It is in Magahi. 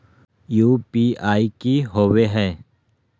यू.पी.आई की होबो है?